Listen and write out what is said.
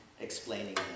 explaining